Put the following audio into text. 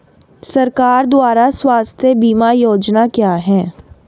सरकार द्वारा स्वास्थ्य बीमा योजनाएं क्या हैं?